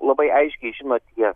labai aiškiai žinot jie